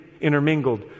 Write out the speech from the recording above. intermingled